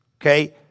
Okay